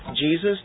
Jesus